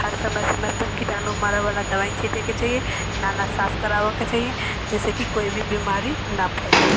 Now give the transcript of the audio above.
हर समय समय पे कीटाणु मारे बला दबाइ छीटय के चाही नाला साफ कराबऽ के चाही जैसेकि कोइ भी बीमारी ना फैलय